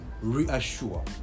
reassure